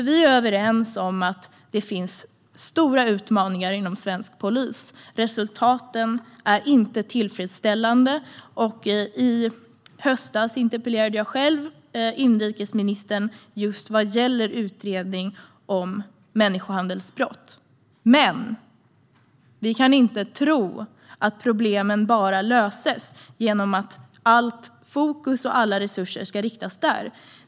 Vi är överens om att det finns stora utmaningar inom svensk polis och att resultaten inte är tillfredsställande - i höstas interpellerade jag själv inrikesministern om just utredning av människohandelsbrott - men vi kan inte tro att problemen bara löses genom att allt fokus och alla resurser läggs på detta.